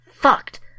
fucked